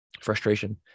frustration